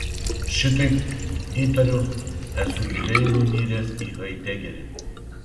šitaip įtariu esu giliai nuniręs į haidegerį